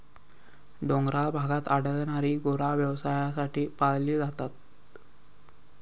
डोंगराळ भागात आढळणारी गुरा व्यवसायासाठी पाळली जातात